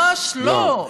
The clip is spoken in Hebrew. לא, ממש לא.